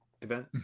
event